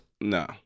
No